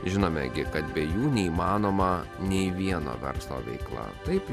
žinome kad be jų neįmanoma nei vieno verslo veikla taip